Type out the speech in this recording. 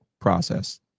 process